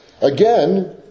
Again